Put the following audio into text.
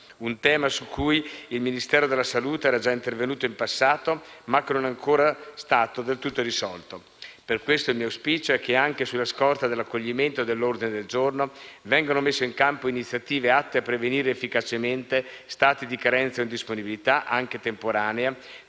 A, tema su cui il Ministero della salute era già intervenuto in passato ma che non è stato ancora del tutto risolto. Per questo il mio auspicio è che, anche sulla scorta dell'accoglimento dell'ordine del giorno, vengano messe in campo iniziative atte a prevenire efficacemente stati di carenza o indisponibilità, anche temporanea,